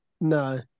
No